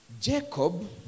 Jacob